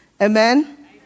Amen